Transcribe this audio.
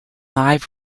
live